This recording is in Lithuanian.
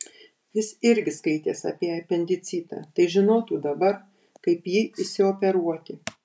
jis irgi skaitęs apie apendicitą tai žinotų dabar kaip jį išsioperuoti